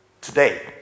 today